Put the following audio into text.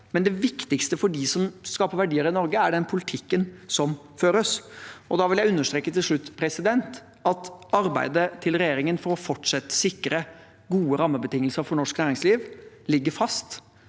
men det viktigste for dem som skaper verdier i Norge, er den politikken som føres. Da vil jeg til slutt understreke at arbeidet til regjeringen for fortsatt å sikre gode rammebetingelser for norsk næringsliv ligger fast.